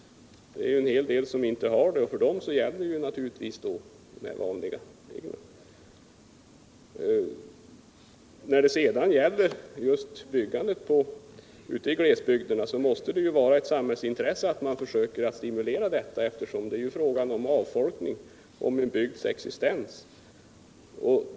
Det är en hel del som inte gjort det, och för dem gäller då de vanliga reglerna. Beträffande byggande i glesbygder måste det vara ett samhällsintresse att försöka stimulera detta, eftersom det är fråga om bygders existens, om avfolkning.